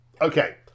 Okay